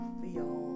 feel